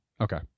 Okay